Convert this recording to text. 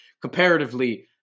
comparatively